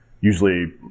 Usually